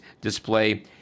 display